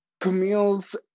Camille's